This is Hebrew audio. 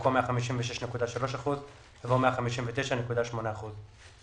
במקום "156.3 אחוזים" יבוא "159.8 אחוזים".